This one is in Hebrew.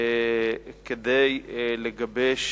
כדי לגבש